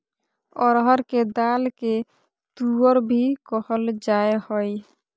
अरहर के दाल के तुअर भी कहल जाय हइ